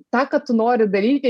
tą ką tu nori daryti